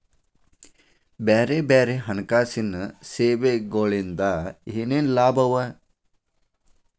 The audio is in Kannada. ಬ್ಯಾರೆ ಬ್ಯಾರೆ ಹಣ್ಕಾಸಿನ್ ಸೆವೆಗೊಳಿಂದಾ ಏನೇನ್ ಲಾಭವ?